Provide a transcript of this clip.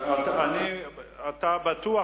אתה בטוח,